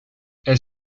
elle